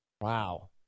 Wow